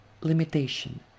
limitation